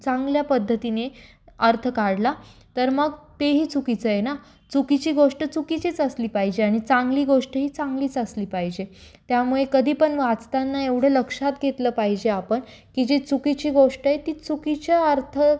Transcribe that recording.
चांगल्या पद्धतीने अर्थ काढला तर मग तेही चुकीचं आहे ना चुकीची गोष्ट चुकीचीच असली पाहिजे आणि चांगली गोष्ट ही चांगलीच असली पाहिजे त्यामुळे कधीपण वाचताना एवढं लक्षात घेतलं पाहिजे आपण की जी चुकीची गोष्ट आहे ती चुकीच्या अर्थ